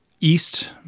east